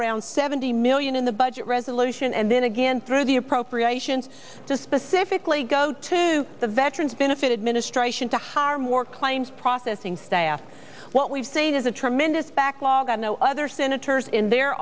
around seventy million in the budget resolution and then again through the appropriations to specifically go to the veterans benefit ministration to hire more claims processing staff what we've seen is a tremendous backlog i know other senators in their